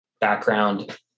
background